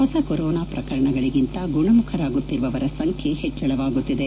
ಹೊಸ ಕೊರೋನಾ ಪ್ರಕರಣಗಳಿಗಿಂತ ಗುಣಮುಖರಾಗುತ್ತಿರುವವರ ಸಂಖ್ಯೆ ಹೆಚ್ವಳವಾಗುತ್ತಿದೆ